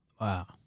Wow